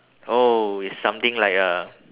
oh it's something like a